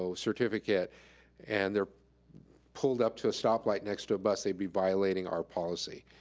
so certificate and they're pulled up to a stop light next to a bus, they'd be violating our policy.